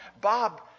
Bob